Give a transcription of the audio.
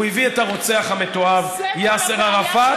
הוא הביא את הרוצח המתועב יאסר ערפאת,